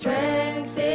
Strength